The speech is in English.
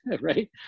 right